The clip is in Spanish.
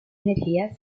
energía